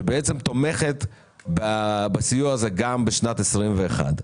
שתומכת בסיוע הזה גם בשנת 21',